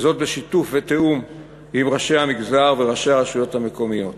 בשיתוף ובתיאום עם ראשי המגזר וראשי הרשויות המקומיות.